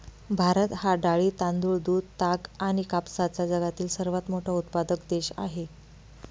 भारत हा डाळी, तांदूळ, दूध, ताग आणि कापसाचा जगातील सर्वात मोठा उत्पादक देश आहे